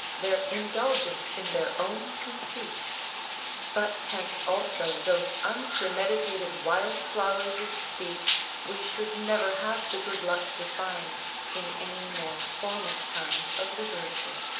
their indulgence in their own conceits but hence also those unpremeditated wildflowers of speech we should never have the good luck to find in any more formal kind of literature.